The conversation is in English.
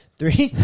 Three